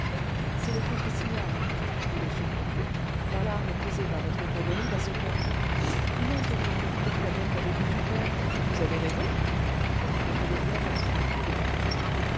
cest le contre signal dit m ponto l'alarme causée par votre étourderie va se calmer et maintenant de quoi donc avez-vous eu peur vous avez rêvé le téléphone interrompit le banquier